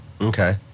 Okay